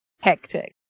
hectic